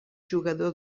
jugador